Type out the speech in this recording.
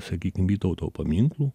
sakykim vytauto paminklų